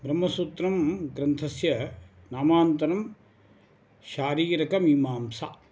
ब्रह्मसूत्रं ग्रन्थस्य नामान्तरणं शारीरिकमीमांसा